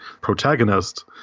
protagonist